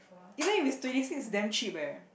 even if it's twenty six damn cheap eh